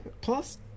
Plus